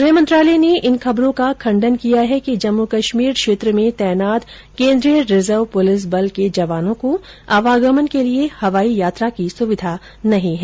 गृह मंत्रालय ने इन खबरों का खंडन किया है कि जम्मू कश्मीर क्षेत्र में तैनात केन्द्रीय रिजर्व पुलिस बल के जवानों को आवागमन के लिए हवाई यात्रा की सुविधा नहीं है